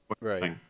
Right